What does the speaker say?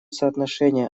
соотношение